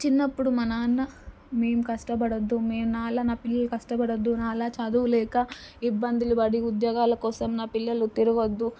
చిన్నప్పుడు మా నాన్న మేము కష్టపడద్దు మేము నాలా నా పిల్లలు కష్టపడవద్దు నాలా చదువులేక ఇబ్బందులు పడి ఉద్యోగాల కోసం నా పిల్లలు తిరగవద్దు